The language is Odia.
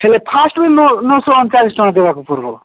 ହେଲେ ଫାଷ୍ଟ ବି ନଅଶହ ଅଣଚାଳିଶ ଟଙ୍କା ଦେବାକୁ ପଡ଼ିବ